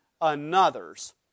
another's